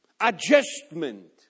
Adjustment